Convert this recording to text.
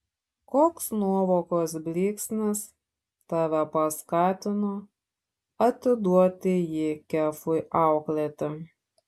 koks nuovokos blyksnis tave paskatino atiduoti jį kefui auklėti